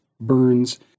burns